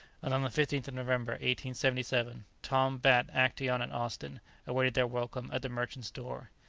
and on the fifteenth of november, seventy seven, tom, bat, actaeon, and austin awaited their welcome at the merchant's door.